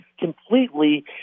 completely